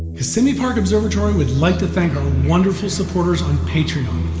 kissimmee park observatory would like to thank our wonderful supporters on patreon.